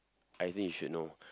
I think you should know